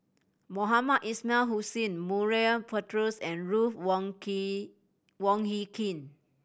Mohamed Ismail Hussain Murray Buttrose and Ruth Wong King Wong Hie King